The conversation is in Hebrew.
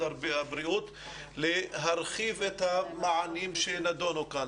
הבריאות להרחיב את המענים שנדונו כאן,